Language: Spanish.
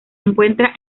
encuentra